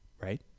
Right